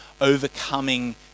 overcoming